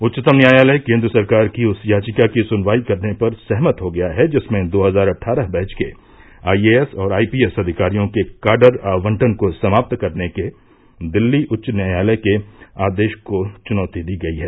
उच्चतम न्यायालय केन्द्र सरकार की उस याचिका की सुनवाई करने पर सहमत हो गया है जिसमें दो हजार अट्ठारह बैच के आईएएस और आईपीएस अधिकारियों के काडर आवंटन को समाप्त करने के दिल्ली उच्च न्यायालय के आदेश को चुनौती दी गई है